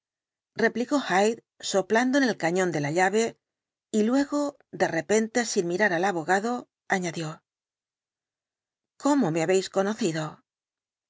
hyde soplando en el cañón de la llave y luego de repente sin mirar al abogado añadió cómo me habéis conocido